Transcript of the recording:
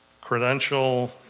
credential